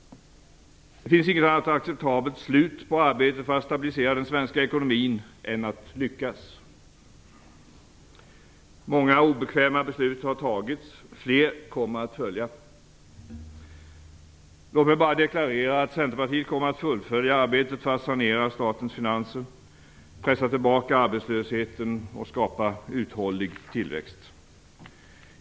Det finns inget annat acceptabelt slut på arbetet för att stabilisera den svenska ekonomin än att lyckas. Många obekväma beslut har fattats, fler kommer att följa. Låt mig bara deklarera att Centerpartiet kommer att fullfölja arbetet för att sanera statens finanser, pressa tillbaka arbetslösheten och skapa uthållig tillväxt.